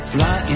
Fly